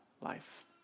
life